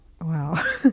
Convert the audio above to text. Wow